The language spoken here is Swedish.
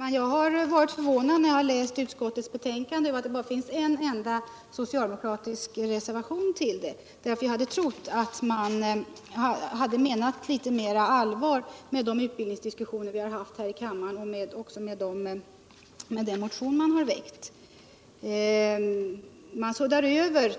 Herr talman! Jag blev förvånad när jag läste betänkandet och fann att det bara fanns en socialdemokratisk reservation. Jag hade nämligen trott all socialdemokraterna hade menat litet mera allvar med vad de sagt i de utbildningsdiskussioner vi haft här i kammaren och även med den motion de väckt. Jag tycker att man suddar över